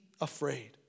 afraid